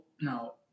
No